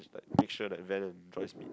like make sure that Ben and Joyce mix